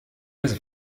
das